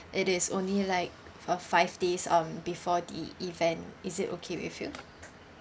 it is only like uh five days um before the event is it okay with you